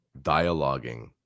dialoguing